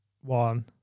one